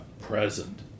Present